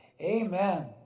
Amen